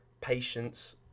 Patience